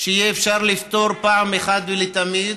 שיהיה אפשר לפתור אחת ולתמיד,